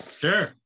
Sure